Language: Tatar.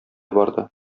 барды